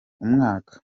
umwaka